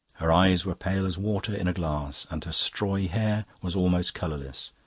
her eyes were pale as water in a glass, and her strawy hair was almost colourless.